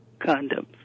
condoms